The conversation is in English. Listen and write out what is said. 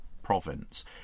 province